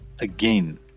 Again